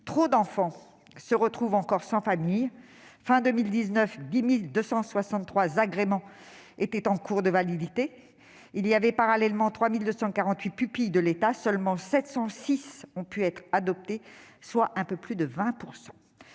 trop d'enfants se retrouvent encore sans famille. Fin 2019, 10 263 agréments étaient en cours de validité. Il y avait parallèlement 3 248 pupilles de l'État, et seuls 706 ont pu été adoptés, soit un peu plus de 20 %.